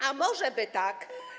A może by tak.